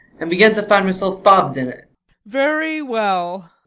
and begin to find myself fobbed in very well.